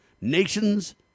Nation's